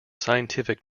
scientific